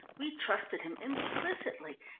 we trusted him implicitly,